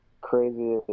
crazy